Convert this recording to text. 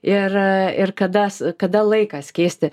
ir kada kada laikas keisti